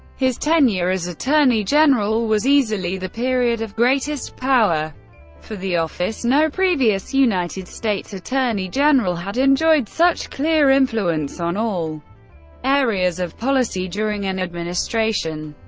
his tenure as attorney general was easily the period of greatest power for the office no previous united states attorney general had enjoyed such clear influence on all areas of policy during an administration.